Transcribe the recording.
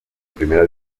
primera